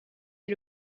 est